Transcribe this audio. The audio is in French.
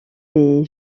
des